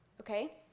okay